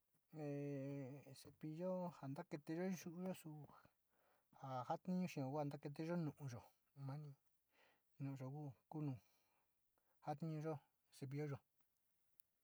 Ee, cepillo ja naketeyo yu´uyo su ja ja tiñu xeeo kua na veteyo nu´uyo, mani nu´uyo ku un este nu jatiunyo cepillo yo.